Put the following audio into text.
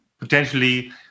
potentially